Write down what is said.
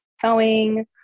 sewing